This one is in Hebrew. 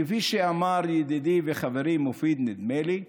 כפי אמר ידידי וחברי מופיד, נדמה לי,